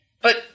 But